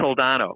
Soldano